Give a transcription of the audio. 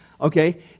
okay